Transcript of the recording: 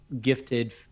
gifted